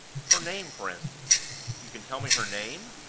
her name, for instance you can tell me her name?